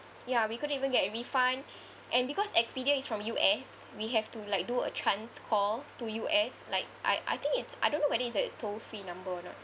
ya we couldn't even get refund and because Expedia is from U_S we have to like do a trans call to U_S like I I think it's I don't know whether is a toll-free number or not